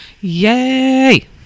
Yay